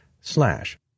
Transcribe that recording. slash